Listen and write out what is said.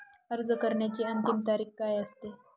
अर्ज करण्याची अंतिम तारीख काय असते?